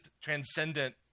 transcendent